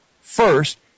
first